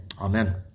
Amen